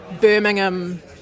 Birmingham